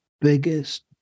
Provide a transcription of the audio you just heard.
biggest